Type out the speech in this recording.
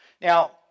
Now